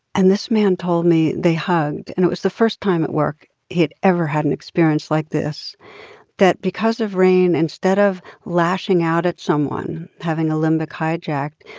and this man told me they hugged. and it was the first time at work he had ever had an experience like this that because of rain, instead of lashing out at someone, having a limbic hijack,